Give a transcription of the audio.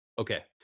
Okay